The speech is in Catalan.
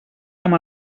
amb